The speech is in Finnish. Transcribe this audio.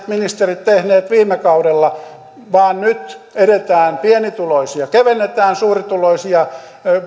ministerit tehneet viime kaudella vaan nyt edetään pienituloisille kevennetään suurituloisia